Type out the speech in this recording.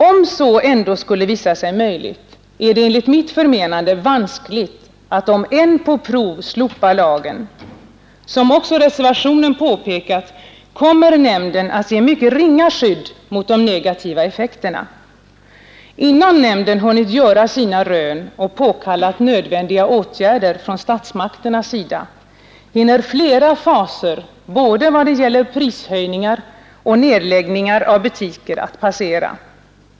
Om så ändå skulle visa sig möjligt är det enligt mitt förmenande vanskligt att om än på prov slopa lagen. Som också reservationen påpekat kommer nämnden att ge mycket ringa skydd mot de negativa effekterna. Innan nämnden hunnit göra sina rön och påkallat nödvändiga åtgärder från statsmakternas sida hinner flera faser i vad det gäller både prishöjningar och nedläggningar av butiker att passera.